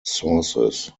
sources